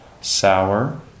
sour